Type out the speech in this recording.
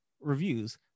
reviews